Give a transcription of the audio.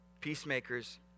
Peacemakers